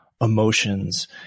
emotions